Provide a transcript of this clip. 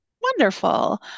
wonderful